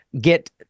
get